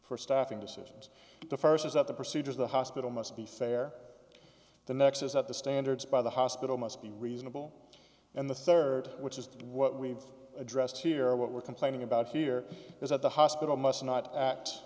for staffing decisions the first is that the procedures the hospital must be fair the next is that the standards by the hospital must be reasonable and the third which is what we've addressed here what we're complaining about here is that the hospital must not act